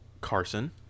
Carson